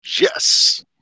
Yes